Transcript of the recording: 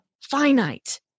finite